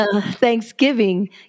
Thanksgiving